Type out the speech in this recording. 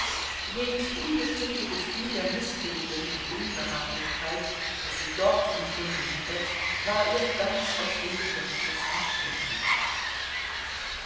jenes unbestimmte gefühl der mißbilligung und unbehaglichkeit das sie dort empfunden hatte war ihr ganz aus dem gedächtnis entschwunden